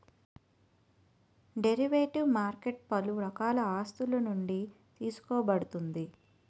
derivative market పలు రకాల ఆస్తులునుండి తీసుకోబడుతుంది